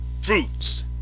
fruits